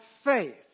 faith